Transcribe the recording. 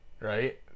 right